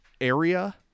area